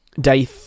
day